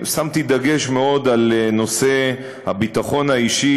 שמתי דגש חזק מאוד בנושא הביטחון האישי